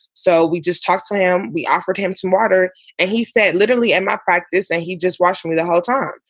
so we just talked to him we offered him some water and he said literally at and my practice, and he just watched me the whole time.